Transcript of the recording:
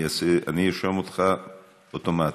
אני ארשום אותך אוטומטית.